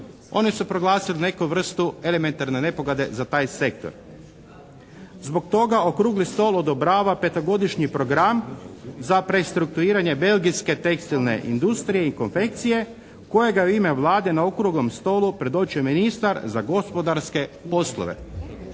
Oni su proglasili neku vrstu elementarne nepogode za taj sektor. Zbog toga okrugli stol odobrava petogodišnji program za prestruktuiranje belgijske tekstilne industrije i konfekcije kojega u ime Vlade na okruglom stolu predočio ministar za gospodarske poslove.